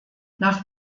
nach